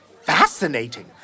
Fascinating